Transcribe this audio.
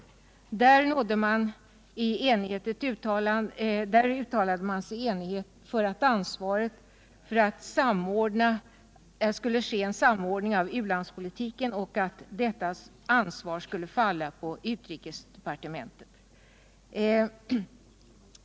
I utredningen uttalade man sig enhälligt för att ansvaret för att det skedde en samordning av utlandspolitiken borde vila på utrikesdepartementet.